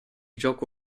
gioco